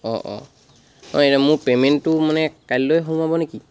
অঁ অঁ অঁ এই মোৰ পে'মেণ্টটো মানে কালিলৈ সোমাব নেকি